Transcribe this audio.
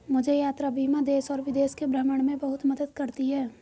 मुझे यात्रा बीमा देश और विदेश के भ्रमण में बहुत मदद करती है